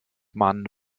man